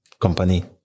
company